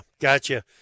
gotcha